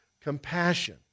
compassion